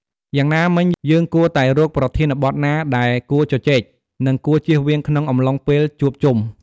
យ៉ាងណាមិញ យើងគួរតែរកប្រធានបទណាដែលគួរជជែក និងគួរជៀសវាងក្នុងអំឡុងពេលជួបជុំ។